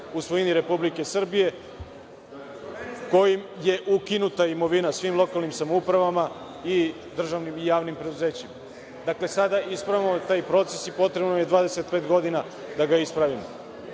u svojini Republike Srbije kojim je ukinuta imovina svim lokalnim samoupravama i državnim i javnim preduzećima. Dakle, sada ispravljamo taj proces i potrebno je 25 godina da ga ispravimo.